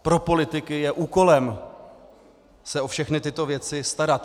Pro politiky je úkolem se o všechny tyto věci starat.